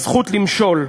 הזכות למשול.